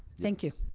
thank you.